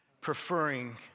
preferring